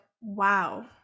wow